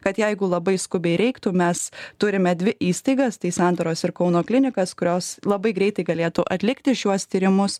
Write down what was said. kad jeigu labai skubiai reiktų mes turime dvi įstaigas tai santaros ir kauno klinikas kurios labai greitai galėtų atlikti šiuos tyrimus